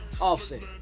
Offset